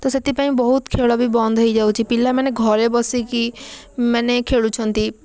ତ ସେଥିପାଇଁ ବହୁତ ଖେଳ ବି ବନ୍ଦ ହେଇ ଯାଉଛି ପିଲାମାନେ ଘରେ ବସିକି ମାନେ ଖେଳୁଛନ୍ତି